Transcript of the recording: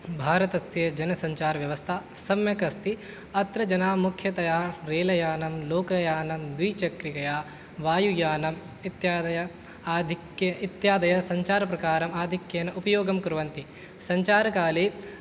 भारतस्य जनसञ्चारव्यवस्था सम्यक् अस्ति अत्र जनाः मुख्यतया रेल यानं लोकयानं द्विचक्रिकया वायुयानम् इत्यादयः आधिक्ये इत्यादयः सञ्चारप्रकारम् आधिक्येन उपयोगं कुर्वन्ति सञ्चारकाले